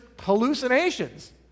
hallucinations